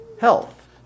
health